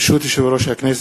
ברשות יושב-ראש הכנסת,